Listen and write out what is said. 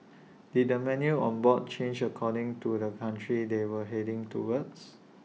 did the menu on board change according to the country they were heading towards